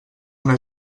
una